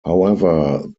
however